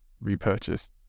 repurchase